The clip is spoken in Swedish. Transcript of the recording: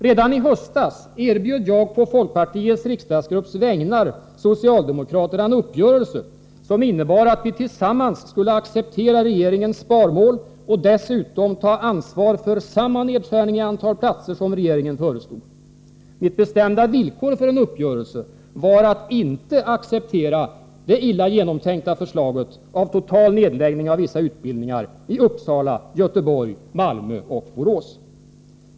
Redan i höstas erbjöd jag på folkpartiets riksdagsgrupps vägnar socialdemokraterna en uppgörelse som innebar att vi tillsammans skulle acceptera regeringens sparmål och dessutom ta ansvar för samma nedskärning i antalet platser som regeringen föreslog. Mitt bestämda villkor för en uppgörelse var att inte acceptera det illa genomtänkta förslaget om total nedläggning av vissa utbildningar i Uppsala, Göteborg, Malmö och Borås.